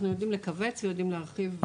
אנחנו יודעים לכווץ ויודעים להרחיב.